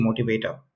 motivator